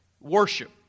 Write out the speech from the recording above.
worship